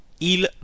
Il